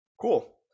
Cool